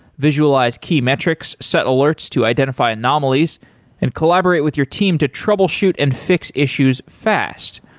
visualize key metrics, set alerts to identify anomalies and collaborate with your team to troubleshoot and fix issues fast.